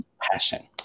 passion